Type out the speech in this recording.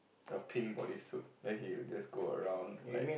the pink body suit then he'll just go around like